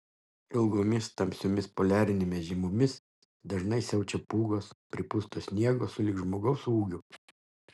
ilgomis tamsiomis poliarinėmis žiemomis dažnai siaučia pūgos pripusto sniego sulig žmogaus ūgiu